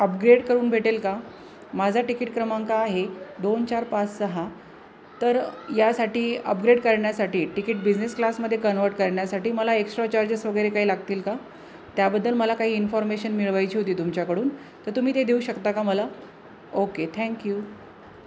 upgrade करून भेटेल का माझा तिकीट क्रमांक आहे दोन चार पाच सहा तर यासाठी अपग्रेड करण्यासाठी तिकीट बिझनेस क्लासमध्ये कन्व्हर्ट करण्यासाठी मला एक्स्ट्रा चार्जेस वगैरे काही लागतील का त्याबद्दल मला काही इन्फॉर्मेशन मिळवायची होती तुमच्याकडून तर तुम्ही ते देऊ शकता का मला ओके थँक्यू